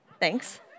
Thanks